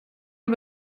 und